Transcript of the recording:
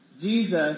Jesus